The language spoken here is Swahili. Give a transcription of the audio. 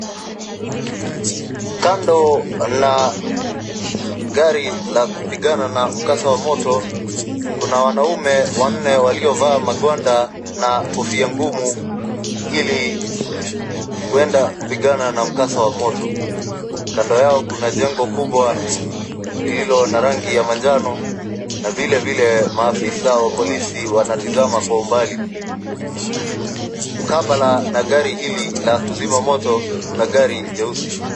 Kando na gari la kupigana na mkasa wa moto, kuna wanaume wanne waliovaa magwanda na kofia ngumu ili waweze kuenda kupigana na mkasa wa moto. Kando yao kuna jengo kubwa lililo na rangi ya manjano na vilevile maafisa wa polisi wanatizama kwa umbali. Mkabala na gari hili la kuzima moto, kuna gari jeusi.